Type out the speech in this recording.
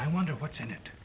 i wonder what's in it